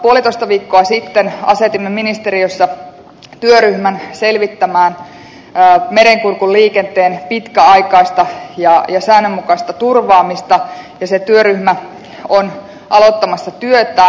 puolitoista viikkoa sitten asetimme ministeriössä työryhmän selvittämään merenkurkun liikenteen pitkäaikaista ja säännönmukaista turvaamista ja se työryhmä on aloittamassa työtään